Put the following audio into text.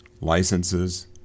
licenses